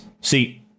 See